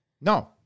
No